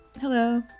Hello